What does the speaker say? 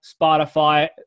Spotify